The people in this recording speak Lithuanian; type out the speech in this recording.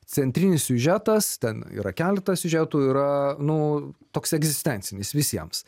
centrinis siužetas ten yra keletas siužetų yra nu toks egzistencinis visiems